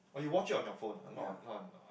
or you watch it on your phone not on not on